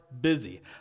busy